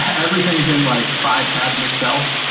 everything's in like five tabs in excel,